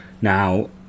Now